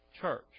church